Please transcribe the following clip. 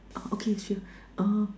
oh okay sure uh